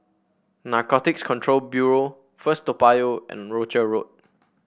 Narcotics Control Bureau First Toa Payoh and Rochor Road